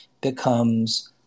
becomes